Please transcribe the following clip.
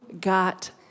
got